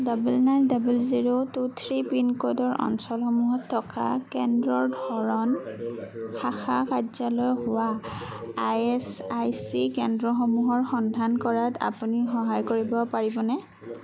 double nine double zero two three পিনক'ডৰ অঞ্চলসমূহত থকা কেন্দ্ৰৰ ধৰণ শাখা কাৰ্যালয় হোৱা আই এছ আই চি কেন্দ্ৰসমূহৰ সন্ধান কৰাত আপুনি সহায় কৰিব পাৰিবনে